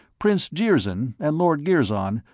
prince jirzyn, and lord girzon,